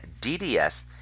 DDS